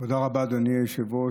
תודה רבה, אדוני היושב-ראש.